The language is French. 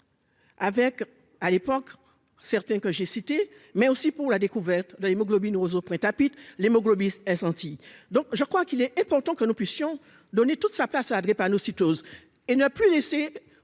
Avec, à l'époque certains que j'ai cité, mais aussi pour la découverte de l'hémoglobine aux auprès tapis l'hémoglobine senti donc je crois qu'il est important que nous puissions donner toute sa place à la drépanocytose et n'a plus laissé